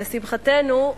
לשמחתנו,